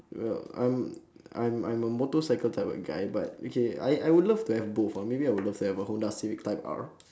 well I'm I'm I'm a motorcycle type of guy but okay I I would love to have both ah maybe I would love to have a honda civic type R